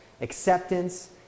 acceptance